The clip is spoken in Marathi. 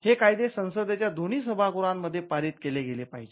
हे कायदे संसदेच्या दोन्ही सभागृहांमध्ये पारित केले गेले पाहिजेत